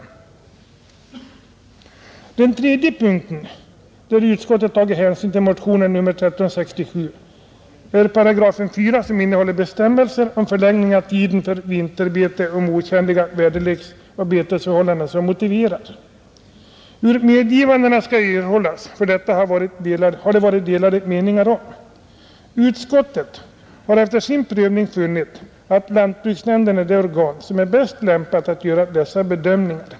Den tredje punkt där utskottet har tagit hänsyn till motionen 1367 gäller 4 8, som innehåller bestämmelsen om förlängning av tiden för vinterbete, om otjänliga väderleksoch betesförhållanden så motiverar, Hur dessa medgivanden skall kunna erhållas har det varit delade meningar om. Utskottet har efter sin prövning funnit att lantbruksnämnden är det organ som är bäst lämpat att göra dessa bedömningar.